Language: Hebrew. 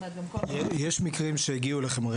יש מקרים שהגיעו אליכם?